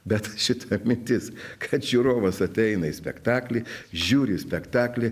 bet šita mintis kad žiūrovas ateina į spektaklį žiūri spektaklį